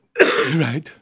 Right